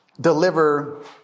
deliver